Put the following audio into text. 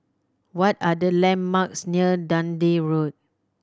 what are the landmarks near Dundee Road